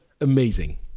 amazing